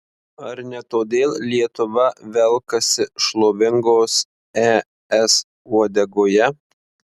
ar ne todėl lietuva velkasi šlovingos es uodegoje